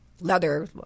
leather